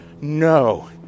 No